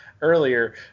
earlier